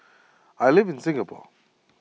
I live in Singapore